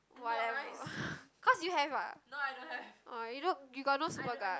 whatever cause you have uh orh you no you got no Superga ah